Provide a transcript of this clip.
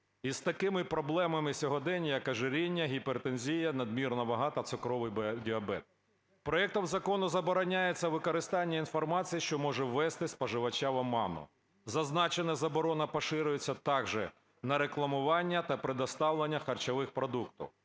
з такими проблемами сьогодення, як ожиріння, гіпертензія, надмірна вага та цукровий діабет. Проектом закону забороняється використання інформації, що може ввести споживача в оману. Зазначена заборона поширюється також на рекламування та представлення харчових продуктів.